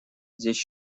здесь